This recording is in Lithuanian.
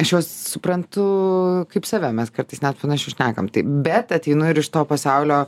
aš juos suprantu kaip save mes kartais net panašius šnekam taip bet ateinu ir iš to pasaulio